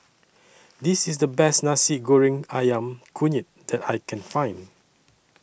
This IS The Best Nasi Goreng Ayam Kunyit that I Can Find